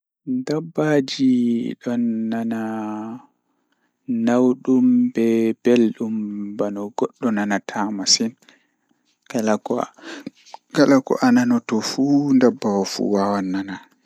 E honto, hay so ɓe njangol ko tawii kadi ɓe njangol jeytinoore e ɓe waawti e honto jeytinoore ɗum tawii no ɓe njifti ngal. Woni fiyo suusde ɓe njangol e ngal ko wi'i 'emotions'. Nguuriwoji jeytinoore ɓe njangol ko honde, haala no ɓe waawti njiɗo fiye ko ndiyam ngal.